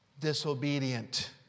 disobedient